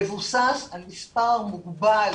מבוסס על מספר מוגבל